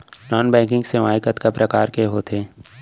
non banking सेवाएं कतका प्रकार के होथे